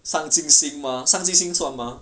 上进心吗上进心算吗